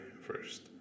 first